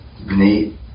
neat